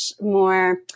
more